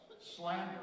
slander